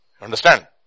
Understand